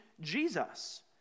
Jesus